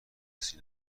کسی